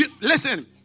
Listen